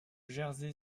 jersey